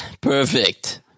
Perfect